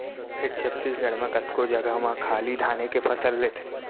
फेर छत्तीसगढ़ म कतको जघा म खाली धाने के फसल लेथें